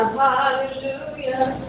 hallelujah